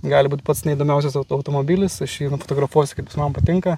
gali būt pats neįdomiausias auto automobilis aš jį nufotografuosiu kaip jis man patinka